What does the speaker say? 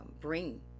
bring